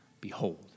Behold